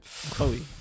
Chloe